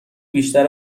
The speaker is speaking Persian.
بیشتر